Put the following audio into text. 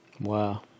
Wow